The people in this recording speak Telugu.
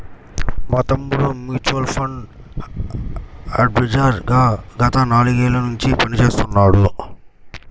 మా తమ్ముడు మ్యూచువల్ ఫండ్ అడ్వైజర్ గా గత నాలుగేళ్ళ నుంచి పనిచేస్తున్నాడు